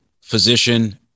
physician